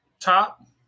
top